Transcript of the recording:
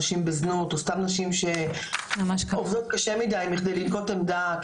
נשים בזנות או סתם נשים שעובדות קשה מידי מכדי לנקוט עמדה,